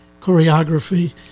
choreography